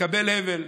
יקבל הבל.